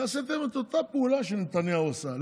ועשיתם את אותה פעולה שנתניהו עשה.